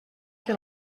que